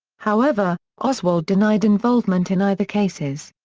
however, oswald denied involvement in either cases.